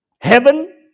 Heaven